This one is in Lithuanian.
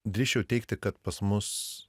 drįsčiau teigti kad pas mus